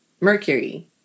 Mercury